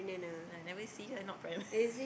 like never see her not pregnant